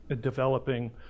developing